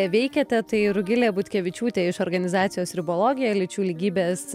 veikiate tai rugilė butkevičiūtė iš organizacijos ribologija lyčių lygybės